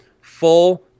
full